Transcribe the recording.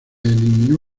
eliminó